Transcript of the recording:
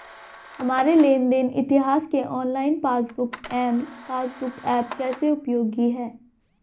हमारे लेन देन इतिहास के online passbook M passbook app कैसे उपयोगी है?